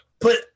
Put